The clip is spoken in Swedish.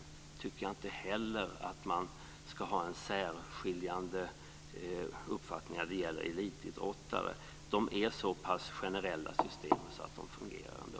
Jag tycker inte att man ska ha en särskiljande uppfattning när det gäller elitidrottare. Systemen är så pass generella att de fungerar ändå.